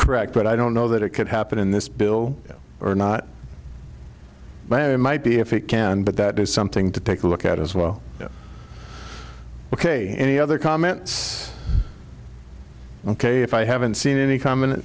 correct but i don't know that it could happen in this bill or not but it might be if it can but that is something to take a look at as well ok any other comments ok if i haven't seen any common